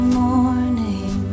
morning